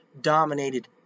dominated